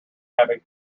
having